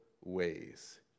ways